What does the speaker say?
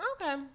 Okay